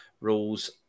rules